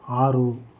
ಆರು